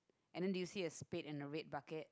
and then do you see a spade and a red bucket